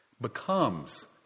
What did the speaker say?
Becomes